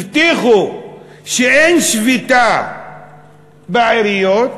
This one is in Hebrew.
הבטיחו שאין שביתה בעיריות,